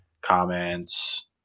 comments